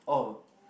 oh